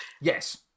Yes